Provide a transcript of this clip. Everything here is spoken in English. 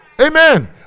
Amen